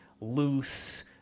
Loose